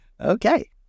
Okay